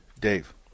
Dave